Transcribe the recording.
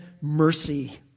mercy